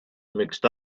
mixed